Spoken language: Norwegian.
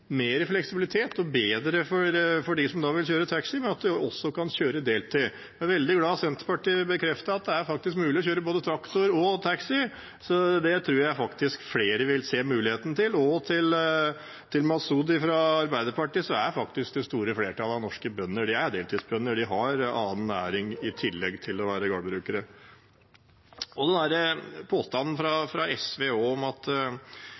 mer fleksibilitet og bedre for dem som vil kjøre taxi ved at man også kan kjøre på deltid. Jeg er veldig glad for at Senterpartiet kan bekrefte at det faktisk er mulig å kjøre både traktor og taxi, så det tror jeg faktisk flere vil se mulighet for. Til representanten Masud Gharahkhani fra Arbeiderpartiet: Det store flertallet av norske bønder er deltidsbønder, de har annen næring i tillegg til å være gårdbrukere. Og når det gjelder påstanden fra SV om at